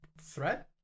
thread